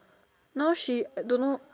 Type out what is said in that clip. now she don't know